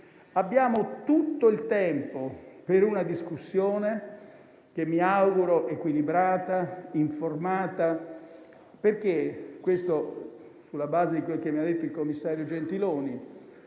Abbiamo tutto il tempo per una discussione che mi auguro sia equilibrata e informata, perché, sulla base di quanto mi ha detto il commissario Gentiloni,